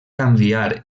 canviar